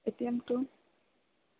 এটিএমটো